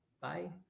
Bye